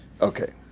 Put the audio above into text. Okay